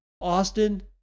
Austin